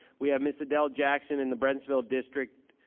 we have ms. adele jackson in the brentsville district,